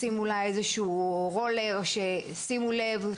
לשים אולי רולר: שימו לב,